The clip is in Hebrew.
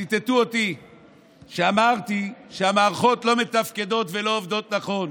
ציטטו אותי שאמרתי שהמערכות לא מתפקדות ולא עובדות נכון.